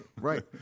Right